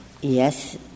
yes